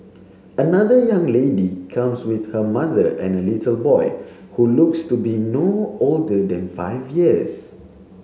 another young lady comes with her mother and a little boy who looks to be no older than five years